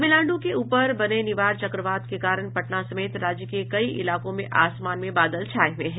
तमिलनाड् के ऊपर बने निवार चक्रवात के कारण पटना समेत राज्य के कई इलाकों में आसमान में बादल छाये हुए हैं